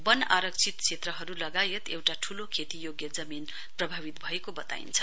वन आरक्षित क्षेत्रहरु लगायत एउटा ठूलो खेतीयोग्य जमीन प्रभावित भएको वताइन्छ